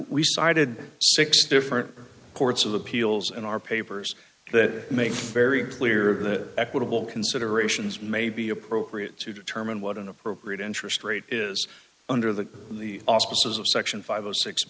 we cited six different courts of appeals in our papers that make very clear that equitable considerations may be appropriate to determine what an appropriate interest rate is under the the auspices of section five